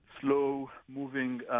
slow-moving